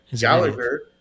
Gallagher